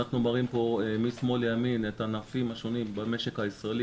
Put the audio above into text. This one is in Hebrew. אנחנו מראים פה משמאל לימין את הענפים השונים במשק הישראלי,